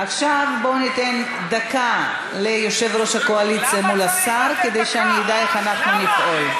עכשיו בוא ניתן דקה ליושב-ראש הקואליציה מול השר כדי שנדע איך לפעול.